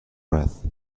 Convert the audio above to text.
breath